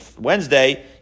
Wednesday